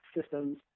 systems